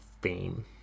Fame